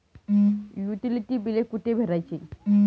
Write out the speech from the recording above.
Utility बिले कुठे भरायची?